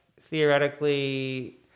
theoretically